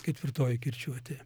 ketvirtoji kirčiuotė